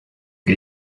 que